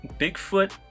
bigfoot